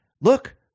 look